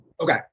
Okay